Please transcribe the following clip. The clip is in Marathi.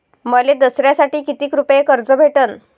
मले दसऱ्यासाठी कितीक रुपये कर्ज भेटन?